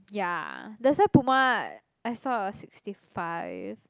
ya that's why Puma I saw a sixty five